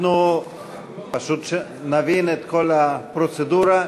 כדי שנבין את כל הפרוצדורה,